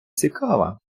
цікава